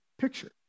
picture